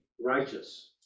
righteous